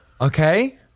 Okay